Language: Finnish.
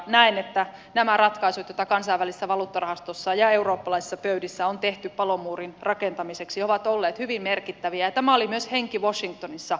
näen että nämä ratkaisut joita kansainvälisessä valuuttarahastossa ja eurooppalaisissa pöydissä on tehty palomuurin rakentamiseksi ovat olleet hyvin merkittäviä ja tämä oli myös henki washingtonissa viime viikolla